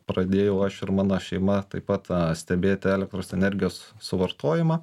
pradėjau aš ir mano šeima taip pat stebėti elektros energijos suvartojimą